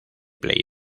play